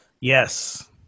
Yes